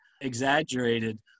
exaggerated